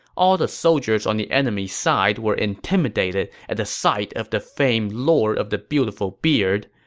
all the soldiers on the enemy's side were intimidated at the sight of the famed lord of the beautiful beard.